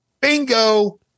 Bingo